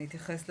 אני אתייחס לכל